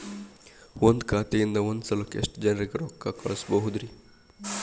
ಒಂದ್ ಖಾತೆಯಿಂದ, ಒಂದ್ ಸಲಕ್ಕ ಎಷ್ಟ ಜನರಿಗೆ ರೊಕ್ಕ ಕಳಸಬಹುದ್ರಿ?